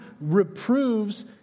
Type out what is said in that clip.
reproves